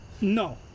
No